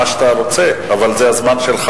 זה איך שאתה רוצה, אבל זה הזמן שלך.